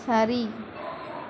சரி